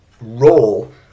role